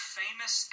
famous